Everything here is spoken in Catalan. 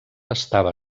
estava